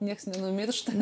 nieks nenumiršta